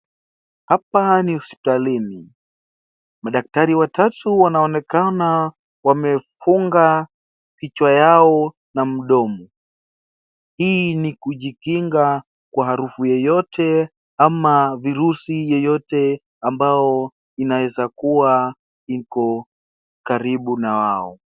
Hapa ni hospitalini, madaktari watatu wanaonekana wamefunga kichwa yao na mdomo. Hii ni kujikinga kwa harufu yeyote ama virusi yeyote ambao inaezaa kua iko karibu na wao.